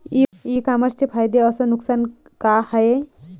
इ कामर्सचे फायदे अस नुकसान का हाये